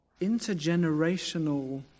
intergenerational